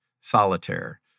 solitaire